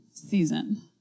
season